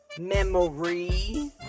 Memory